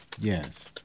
Yes